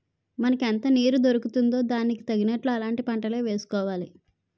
మనకెంత నీరు దొరుకుతుందో దానికి తగినట్లు అలాంటి పంటలే వేసుకోవాలి